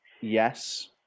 yes